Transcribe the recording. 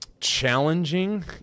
challenging